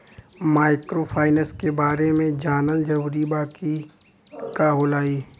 Microfinance के बारे में जानल जरूरी बा की का होला ई?